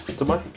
做么 eh